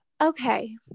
Okay